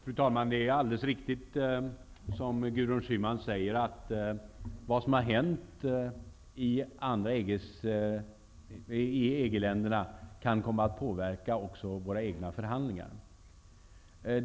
Fru talman! Det är alldeles. riktigt, som Gudrun Schyman säger, att vad som har hänt i EG-länderna kan komma att påverka också våra förhandlingar.